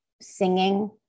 singing